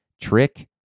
trick